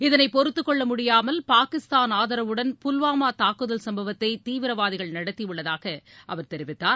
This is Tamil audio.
இதனை பொறுத்துக் கொள்ள முடியாமல் பாகிஸ்தான் ஆதரவுடன் புல்வாமா தாக்குதல் சம்பவத்தை தீவிரவாதிகள் நடத்தியுள்ளதாக அவர் தெரிவித்தார்